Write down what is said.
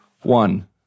One